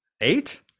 Eight